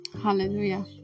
Hallelujah